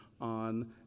on